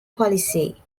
policy